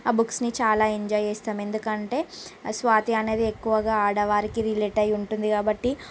ఆ బుక్స్ని చాలా ఎంజాయ్ చేస్తాము ఎందుకంటే స్వాతి అనేది ఎక్కువగా ఆడవారికి రిలేట్ అయి ఉంటుంది కాబట్టి